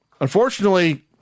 unfortunately